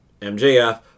MJF